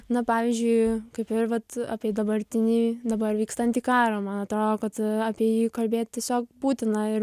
na pavyzdžiui kaip ir vat apie dabartinį dabar vykstantį karą man atrodo kad apie jį kalbėt tiesiog būtina ir